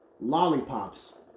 lollipops